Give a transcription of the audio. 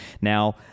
Now